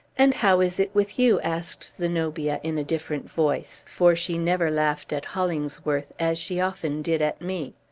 and how is it with you? asked zenobia, in a different voice for she never laughed at hollingsworth, as she often did at me.